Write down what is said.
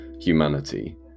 humanity